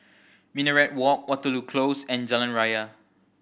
Minaret Walk Waterloo Close and Jalan Raya